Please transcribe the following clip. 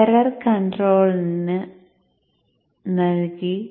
error കൺട്രോളറിന് നൽകി